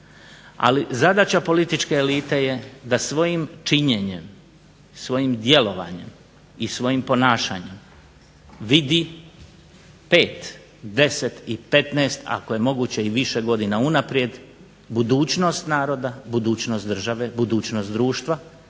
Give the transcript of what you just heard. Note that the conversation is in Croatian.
ali zadaća političke elite da svojim činjenjem, svojim djelovanjem i svojim ponašanjem vidi pet, 10, i 15. ako je moguće i više godina unaprijed, budućnost naroda, budućnost države, budućnost društva